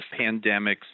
pandemics